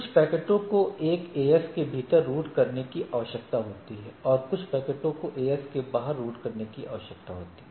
कुछ पैकेटों को एएस के भीतर रूट करने की आवश्यकता होती है और कुछ पैकेटों को एएस के बाहर रूट करने की आवश्यकता होती है